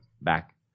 back